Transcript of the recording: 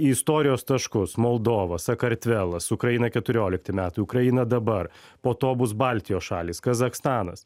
į istorijos taškus moldova sakartvelas ukraina keturiolikti metai ukraina dabar po to bus baltijos šalys kazachstanas